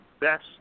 best